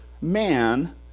man